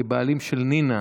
כבעלים של נינה,